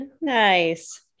nice